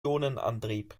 ionenantrieb